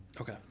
Okay